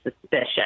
suspicious